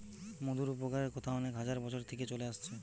মধুর উপকারের কথা অনেক হাজার বছর থিকে চলে আসছে